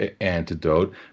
antidote